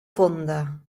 fonda